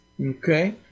okay